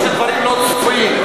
כשהדברים לא צפויים.